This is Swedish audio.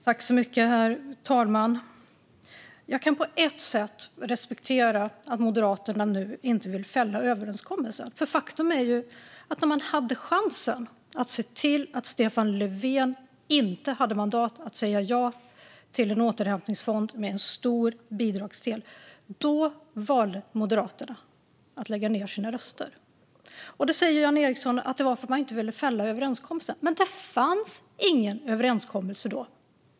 Herr talman! Jag kan på ett sätt respektera att Moderaterna nu inte vill fälla överenskommelsen, för Moderaterna valde att lägga ned sina röster när man hade chansen att se till att Stefan Löfven inte skulle få mandat att säga ja till en återhämtningsfond med en stor bidragsdel. Jan Ericson säger att det var för att man inte ville fälla överenskommelsen, men det fanns ingen överenskommelse då.